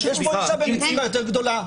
יש פה אישה במצוקה יותר גדולה,